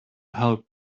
hope